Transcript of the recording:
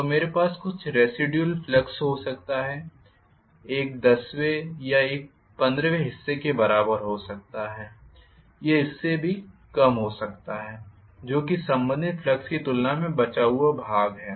तो मेरे पास कुछ रेसिडुयल फ्लक्स हो सकता हैं एक 10वें या एक 15वें हिस्से के बराबर हो सकता है या इससे भी कम हो सकता है जो कि संबंधित फ्लक्स की तुलना में बचा हुआ भाग है